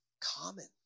common